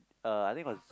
uh I think it was